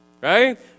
Right